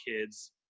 Kids